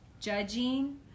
judging